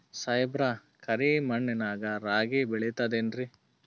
ಸಾಹೇಬ್ರ, ಕರಿ ಮಣ್ ನಾಗ ರಾಗಿ ಬೆಳಿತದೇನ್ರಿ?